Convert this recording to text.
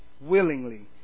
willingly